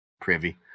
privy